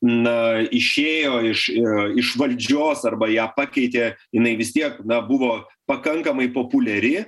na išėjo iš iš valdžios arba ją pakeitė jinai vis tiek na buvo pakankamai populiari